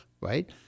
right